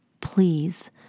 Please